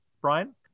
Brian